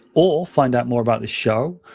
or find out more about this show,